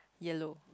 yellow